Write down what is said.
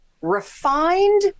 refined